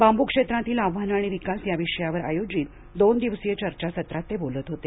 बांबू क्षेत्रातील आव्हाने आणि विकास या विषयावर आयोजित दोन दिवसीय चर्चासत्रा ते बोलत होते